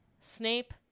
Snape